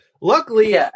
Luckily